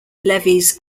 levees